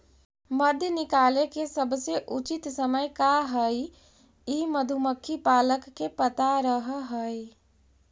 मध निकाले के सबसे उचित समय का हई ई मधुमक्खी पालक के पता रह हई